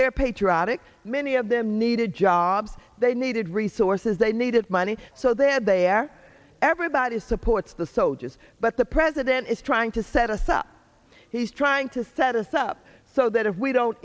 they're patriotic many of them needed jobs they needed resources they needed money so they had their everybody supports the soldiers but the president is trying to set us up he's trying to set us up so that if we don't